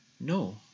no